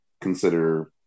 consider